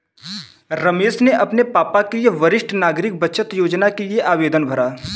रमेश ने अपने पापा के लिए वरिष्ठ नागरिक बचत योजना के लिए आवेदन भरा